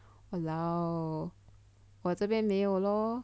!walao! 我这边没有 lor